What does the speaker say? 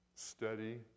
Steady